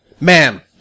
Ma'am